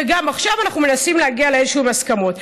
ועכשיו אנחנו מנסים להגיע לאיזשהן הסכמות.